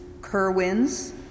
Kerwins